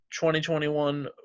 2021